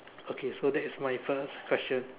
okay so that's my first question